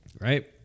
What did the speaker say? Right